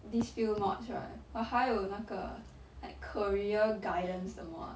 these few mods right 我还有那个 like career guidance 的 mod